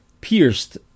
pierced